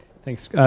Thanks